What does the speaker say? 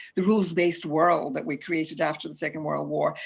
the rules-based world that we created after the second world war,